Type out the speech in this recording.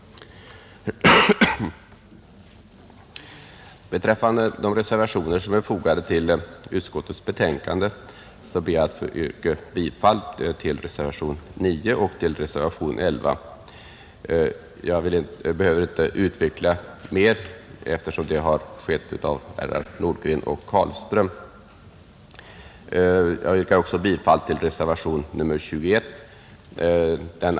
Vad beträffar de reservationer som är fogade till utskottets betänkande ber jag att få yrka bifall till reservationerna 9 och 11. Jag behöver inte utveckla resonemanget mer eftersom det har gjorts av herrar Nordgren och Carlström. Jag yrkar också bifall till reservationen 21.